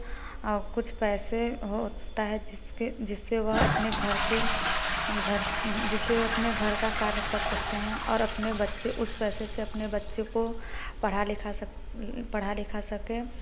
कुछ पैसे होता है जिसके जिससे वह अपने घर के घर जिससे वह अपने घर का कार्य कर सकते हैं और अपने बच्चे उस पैसे से अपने बच्चे को पढ़ा लिखा सक पढ़ा लिखा सकें